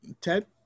ted